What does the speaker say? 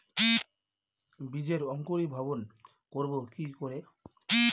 বীজের অঙ্কুরিভবন করব কি করে?